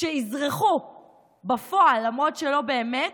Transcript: שאזרחו בפועל, למרות שלא באמת,